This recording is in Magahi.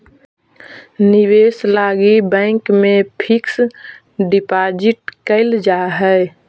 निवेश लगी बैंक में फिक्स डिपाजिट कैल जा हई